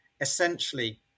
essentially